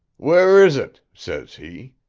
where is it says he.